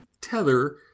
tether